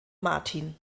martin